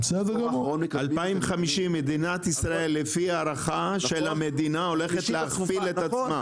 2050 לפי הערכה של המדינה - המדינה הולכת להכפיל את עצמה.